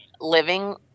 living –